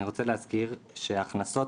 אני רוצה להזכיר שהכנסות